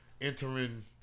entering